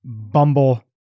Bumble